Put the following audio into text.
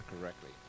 correctly